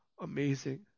amazing